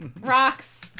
Rocks